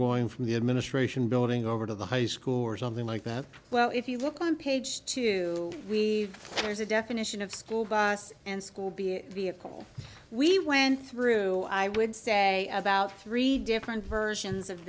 going from the administration building over to the high school or something like that well if you look on page two we there's a definition of school bus and school being a vehicle we went through i would say about three different versions of